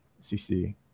CC